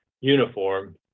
uniform